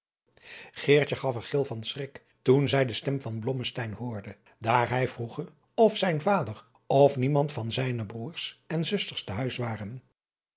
gaf een gil van schrik toen zij de stem van blommesteyn hoorde daar hij vroege of zijn vader of niemand van zijne broêrs en zusters te huis waren